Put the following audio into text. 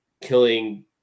killing